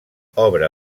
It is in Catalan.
obre